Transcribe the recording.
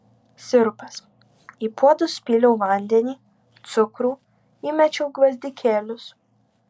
sirupas į puodą supyliau vandenį cukrų įmečiau gvazdikėlius